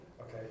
Okay